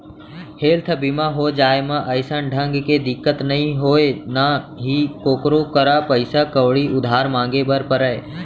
health बीमा हो जाए म अइसन ढंग के दिक्कत नइ होय ना ही कोकरो करा पइसा कउड़ी उधार मांगे बर परय